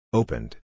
Opened